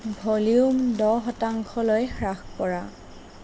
volume দহ শতাংশলৈ হ্ৰাস কৰা